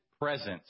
presence